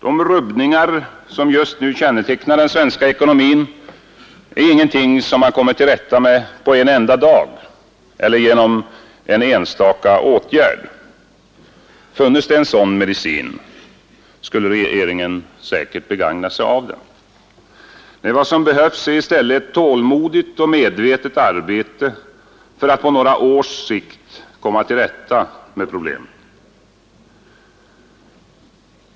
De rubbningar som just nu kännetecknar den svenska ekonomin är ingenting som man kommer till rätta med på en enda dag eller genom en enstaka åtgärd. Funnes det en sådan medicin skulle regeringen säkert begagna sig av den. Nej, vad som behövs är i stället ett tålmodigt och medvetet arbete för att på några års sikt komma till rätta med problemen.